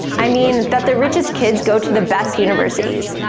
i mean that the richest kids go to the best universities,